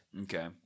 Okay